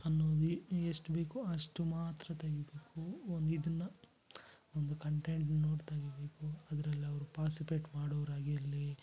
ಅನ್ನೋದು ಎಷ್ಟು ಬೇಕೋ ಅಷ್ಟು ಮಾತ್ರ ತೆಗಿಬೇಕು ಒಂದು ಇದನ್ನು ಒಂದು ಕಂಟೆಂಟ್ ನೋಡಿ ತೆಗಿಬೇಕು ಅದ್ರಲ್ಲಿ ಅವ್ರು ಪಾಸಿಪೆಟ್ ಮಾಡೋರು ಆಗಿರಲಿ